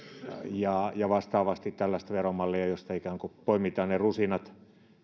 ja ja vastaavasti tällaista veromallia josta ikään kuin poimitaan ne rusinat